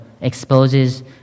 exposes